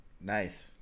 Nice